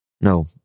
No